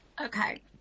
Okay